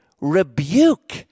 rebuke